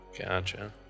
Gotcha